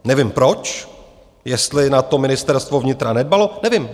Nevím proč, jestli na to Ministerstvo vnitra nedbalo, nevím.